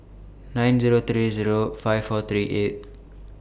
nine Zero three Zero five four three eight